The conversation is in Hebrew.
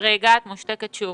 את מושתקת שוב.